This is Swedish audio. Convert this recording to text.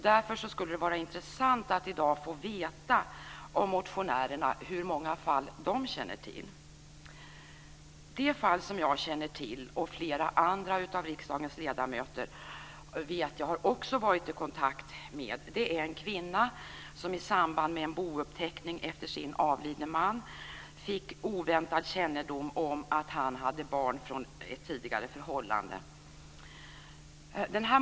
Därför skulle det vara intressant att i dag få veta hur många fall motionärerna känner till. Det fall som jag och flera andra av riksdagens ledamöter har varit i kontakt med gäller en kvinna som i samband med bouppteckningen efter sin avlidne man fick oväntad kännedom om att han hade barn från ett tidigare förhållande.